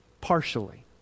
partially